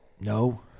No